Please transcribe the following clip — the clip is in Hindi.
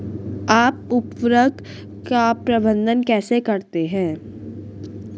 आप उर्वरक का प्रबंधन कैसे करते हैं?